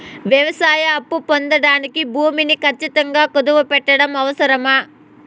వ్యవసాయ అప్పు పొందడానికి భూమిని ఖచ్చితంగా కుదువు పెట్టడం అవసరమా?